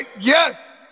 Yes